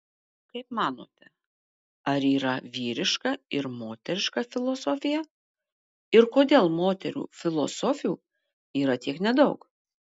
kaip manote ar yra vyriška ir moteriška filosofija ir kodėl moterų filosofių yra tiek nedaug